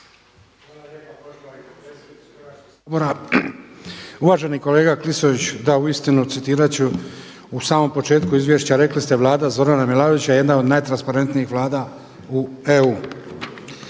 uvaženi kolega Klisović, da uistinu citirat ću u samom početku izvješća rekli ste Vlada Zorana Milanovića je jedna od najtransparentnijih Vlada u EU.